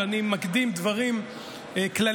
אבל אני מקדים דברים כלליים.